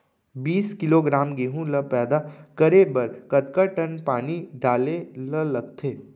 बीस किलोग्राम गेहूँ ल पैदा करे बर कतका टन पानी डाले ल लगथे?